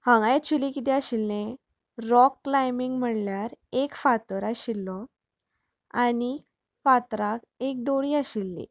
हांगा एक्चुली कितें आशिल्ले रोक क्लांयबींग म्हळ्यार एक फातर आशिल्लो आनी फातराक एक दोरी आशिल्ली